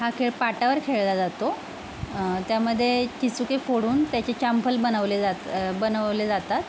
हा खेळ पाटावर खेळला जातो त्यामध्ये चिंचोके फोडून त्याचे चॅंपल बनवले जात बनवले जातात